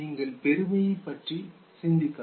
நீங்கள் பெருமையைப் பற்றி சிந்திக்கலாம்